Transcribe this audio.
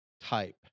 type